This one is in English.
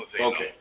Okay